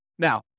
Now